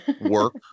work